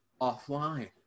offline